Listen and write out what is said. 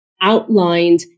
outlined